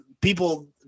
people